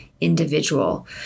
individual